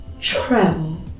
Travel